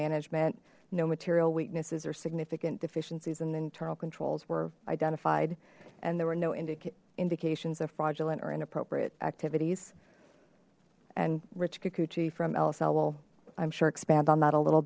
management no material weaknesses or significant deficiencies and internal controls were identified and there were no indications of fraudulent or inappropriate activities and rich kikuchi from lsl well i'm sure expand on that a little